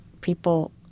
people